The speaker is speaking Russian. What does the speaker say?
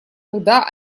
когда